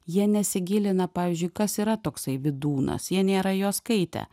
jie nesigilina pavyzdžiui kas yra toksai vydūnas jie nėra jo skaitę